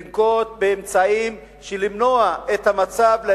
צריך לנקוט אמצעים כדי למנוע את המצב.